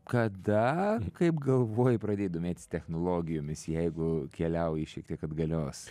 kada kaip galvoji pradėt domėtis technologijomis jeigu keliauji šiek tiek atgalios